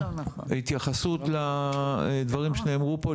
התייחסות לדברים שנאמרו פה,